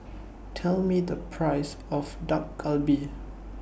Tell Me The Price of Dak Galbi